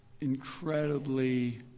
incredibly